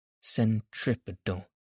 centripetal